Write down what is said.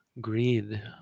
Greed